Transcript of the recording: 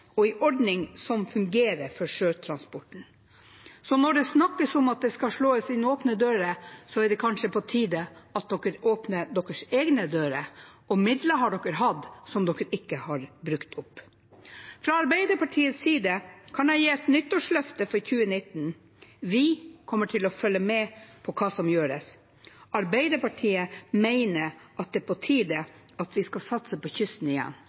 og en ordning som fungerer for sjøtransporten. Så når det snakkes om at det skal slås inn åpne dører, er det kanskje på tide at en åpner ens egne dører, og midler har en hatt som en ikke har brukt opp. Fra Arbeiderpartiets side kan jeg gi et nyttårsløfte for 2019: Vi kommer til å følge med på hva som gjøres, Arbeiderpartiet mener det er på tide at vi skal satse på kysten igjen.